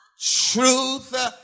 Truth